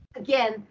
again